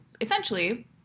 essentially